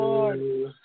Lord